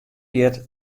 heart